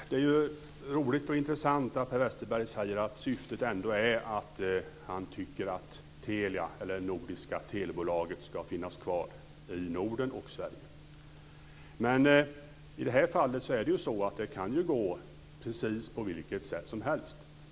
Herr talman! Det är roligt och intressant att Per Westerberg säger att han tycker att det nordiska telebolaget ska finnas kvar i Norden och Sverige. Men i det här fallet kan det ju gå på precis vilket sätt som helst.